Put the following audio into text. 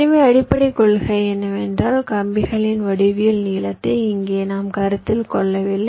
எனவே அடிப்படைக் கொள்கை என்னவென்றால் கம்பிகளின் வடிவியல் நீளத்தை இங்கே நாம் கருத்தில் கொள்ளவில்லை